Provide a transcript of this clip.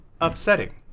upsetting